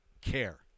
care